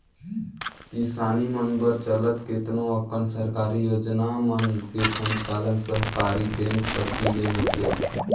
किसानी मन बर चलत केतनो अकन सरकारी योजना मन के संचालन सहकारी बेंक कति ले होथे